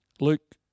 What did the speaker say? Luke